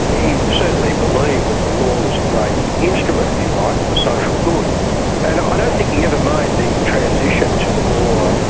he certainly believed that the law was a great instrument, if you like, for social good and i don't think he ever made the transition to the more,